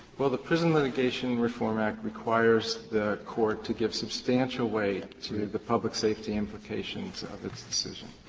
well, the prison litigation reform act requires the court to give substantial weight to the public safety implications of its decision.